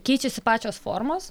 keičiasi pačios formos